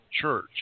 Church